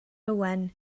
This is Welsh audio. owen